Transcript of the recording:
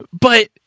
But-